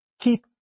Keep